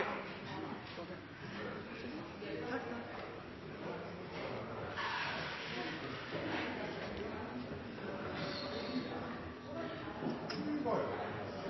på dette